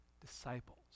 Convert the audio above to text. disciples